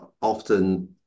often